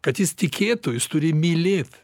kad jis tikėtų jis turi mylėt